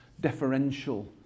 deferential